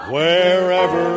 Wherever